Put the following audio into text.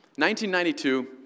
1992